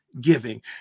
giving